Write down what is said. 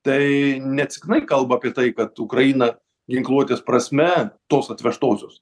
tai neatsitiktinai kalba apie tai kad ukraina ginkluotės prasme tos atvežtosios